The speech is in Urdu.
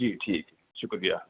جی ٹھیک شکریہ